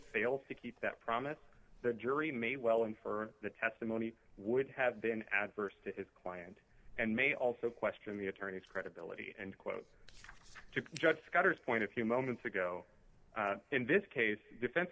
fails to keep that promise the jury may well in for the testimony would have been adverse to his client and may also question the attorney's credibility and quote to judge scudder's point a few moments ago in this case defense